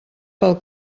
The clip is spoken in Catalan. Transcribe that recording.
pel